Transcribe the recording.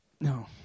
No